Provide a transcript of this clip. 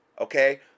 Okay